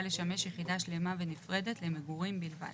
לשמש יחידה שלמה ונפרדת למגורים בלבד,